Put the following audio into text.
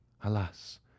Alas